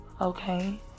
okay